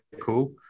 cool